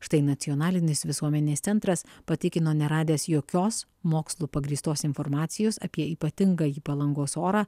štai nacionalinis visuomenės centras patikino neradęs jokios mokslu pagrįstos informacijos apie ypatingąjį palangos orą